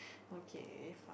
okay fine